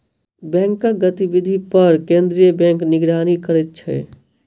बैंकक गतिविधि पर केंद्रीय बैंक निगरानी करै छै